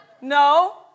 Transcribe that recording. No